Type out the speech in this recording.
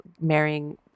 marrying